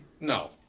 no